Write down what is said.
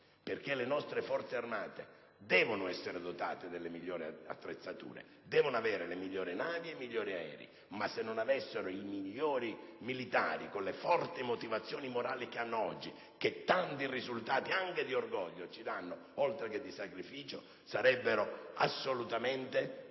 armate. Le nostre Forze armate devono essere dotate delle migliori attrezzature, devono avere le migliori navi e i migliori aerei, ma se non avessero i migliori militari, con le forti motivazioni morali che hanno oggi, che tanti risultati anche d'orgoglio ci danno, oltre che di sacrificio, sarebbero assolutamente lontane